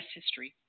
history